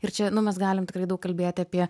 ir čia nu mes galim tikrai daug kalbėti apie